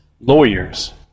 lawyers